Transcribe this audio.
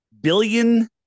billion